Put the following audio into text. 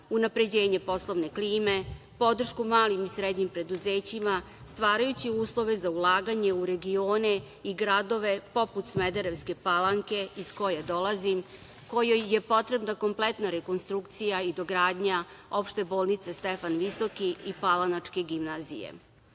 unapređenje poslovne klime, podršku malim i srednjim preduzećima, stvarajući uslove za ulaganje u regioni i gradove, poput Smederevske Palanke iz koje dolazim, kojoj je potrebna rekonstrukcija i dogradnja Opšte bolnice „Stefan Visoki“ i palanačke gimnazije. Usvajanjem